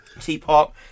teapot